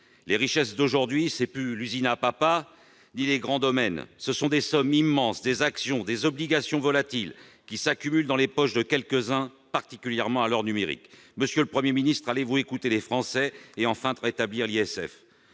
Les richesses d'aujourd'hui, ce ne sont plus l'usine à papa et les grands domaines ; ce sont des sommes immenses, des actions, des obligations volatiles qui s'accumulent dans les poches de quelques-uns, particulièrement à l'heure du numérique. Monsieur le Premier ministre, allez-vous écouter les Français et enfin rétablir l'ISF ?